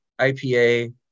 IPA